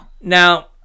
Now